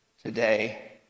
today